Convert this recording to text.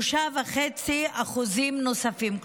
3.5% נוספים,